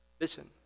listen